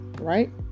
right